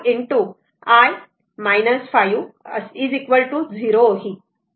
2 ✕ i 5 0 होईल